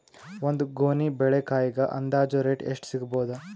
ಒಂದ್ ಗೊನಿ ಬಾಳೆಕಾಯಿಗ ಅಂದಾಜ ರೇಟ್ ಎಷ್ಟು ಸಿಗಬೋದ?